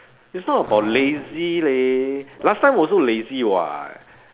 it's not about lazy leh last time also lazy [what]